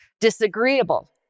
disagreeable